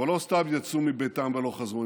אבל לא סתם יצאו מביתם ולא חזרו,